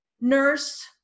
nurse